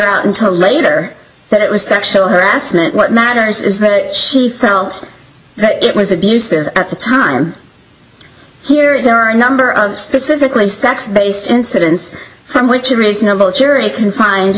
out until later that it was sexual harassment what matters is that she felt that it was abusive at the time here there are a number of specifically sex based incidents from which a reasonable jury can fin